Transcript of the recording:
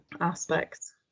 aspects